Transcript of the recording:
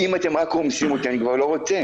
אם אתם רק רומסים אותי אני כבר לא רוצה,